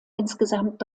insgesamt